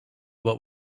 what